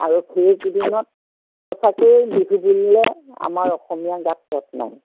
আৰু সেইকেইদিনত সঁচাকেই বিহু বুলিলে আমাৰ অসমীয়াৰ গাত তত্ নাই